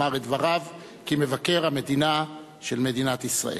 לומר את דבריו כמבקר המדינה של מדינת ישראל.